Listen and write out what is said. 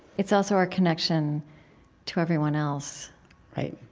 it's also our connection to everyone else right.